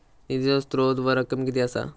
निधीचो स्त्रोत व रक्कम कीती असा?